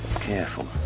Careful